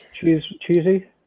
Cheesy